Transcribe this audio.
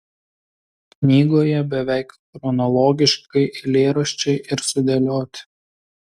knygoje beveik chronologiškai eilėraščiai ir sudėlioti